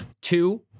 Two